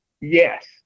Yes